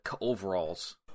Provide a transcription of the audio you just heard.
overalls